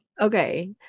Okay